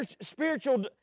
spiritual